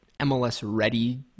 MLS-ready